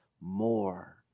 more